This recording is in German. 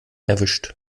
erwischt